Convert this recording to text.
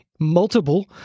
multiple